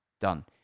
done